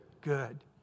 good